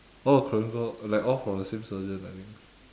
all the korean girl like all from the same surgeon I think